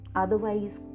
otherwise